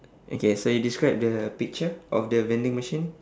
okay so you describe the picture of the vending machine